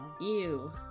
Ew